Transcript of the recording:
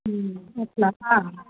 అలా